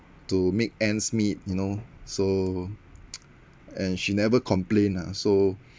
to make ends meet you know so and she never complain ah so